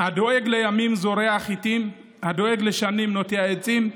"הדואג לימים זורע חיטים, הדואג לשנים נוטע עצים,